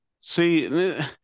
see